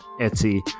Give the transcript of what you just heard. Etsy